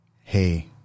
Hey